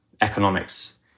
economics